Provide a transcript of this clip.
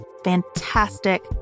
fantastic